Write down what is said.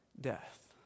death